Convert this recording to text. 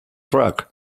track